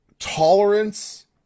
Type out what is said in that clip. tolerance